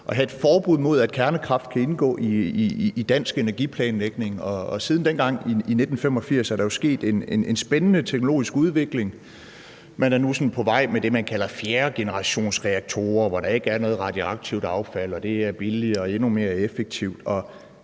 at have et forbud mod, at kernekraft kan indgå i dansk energiplanlægning. Siden dengang i 1985 er der jo sket en spændende teknologisk udvikling. Man er nu på vej med det, man kalder fjerdegenerationsreaktorer, hvor der ikke er noget radioaktivt affald, og det er billigere og endnu mere effektivt.